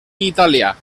italià